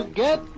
get